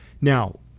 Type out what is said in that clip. Now